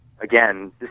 again